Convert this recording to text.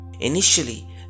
Initially